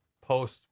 post